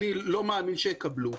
אני לא מאמין שיקבלו.